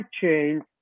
chains